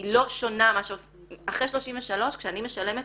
היא לא שונה --- אחרי 33 כשאני משלמת,